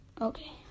Okay